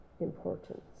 importance